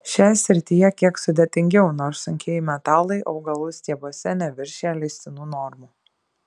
šioje srityje kiek sudėtingiau nors sunkieji metalai augalų stiebuose neviršija leistinų normų